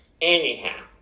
anyhow